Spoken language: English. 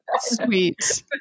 Sweet